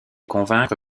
convaincre